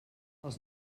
els